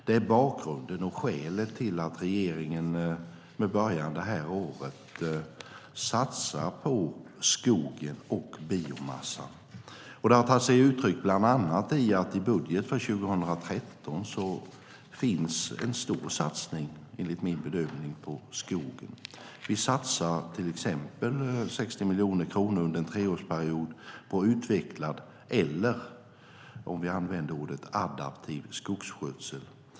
Det är bakgrunden och skälet till att regeringen i år börjar satsa på skogen och biomassa. Det har bland annat tagit sig uttryck i att det i budgeten för 2013 finns en stor satsning på skogen. Vi satsar till exempel 60 miljoner kronor under en treårsperiod på utvecklad, eller adaptiv, skogsskötsel.